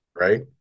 right